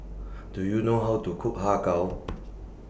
Do YOU know How to Cook Har Kow